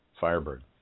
Firebird